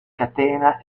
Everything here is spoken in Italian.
catena